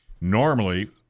Normally